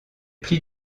plis